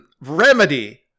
Remedy